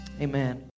Amen